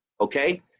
Okay